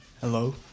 Hello